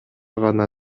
гана